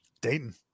Dayton